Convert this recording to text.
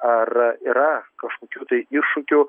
ar yra kažkokių tai iššūkių